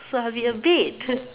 so I'll be a bed